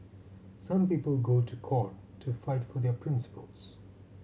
some people go to court to fight for their principles